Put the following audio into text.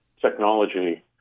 technology